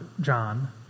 John